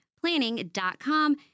planning.com